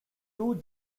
two